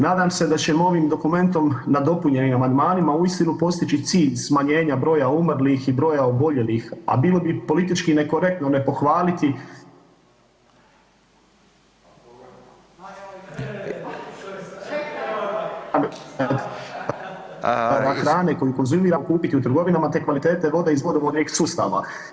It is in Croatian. Nadam se da ćemo ovim dokumentom nadopunjenim amandmanima uistinu postići cilj smanjenja broja umrlih i broja oboljelih, a bilo bi i politički nekorektno ne pohvaliti … [[Govornik se ne čuje.]] hrane koju konzumira kupiti u trgovinama, te kvalitete vode iz vodovodnih sustava.